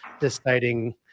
deciding